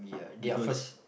because